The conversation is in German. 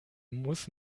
muss